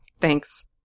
thanks